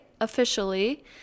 officially